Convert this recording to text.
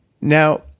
Now